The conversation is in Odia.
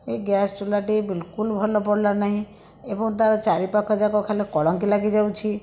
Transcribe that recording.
ଏହି ଗ୍ୟାସ୍ ଚୁଲାଟି ବିଲକୁଲ୍ ଭଲ ପଡ଼ିଲା ନାହିଁ ଏବଂ ତାର ଚାରିପାଖ ଜାକ ଖାଲି କଳଙ୍କି ଲାଗିଯାଉଛି